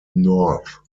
north